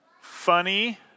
Funny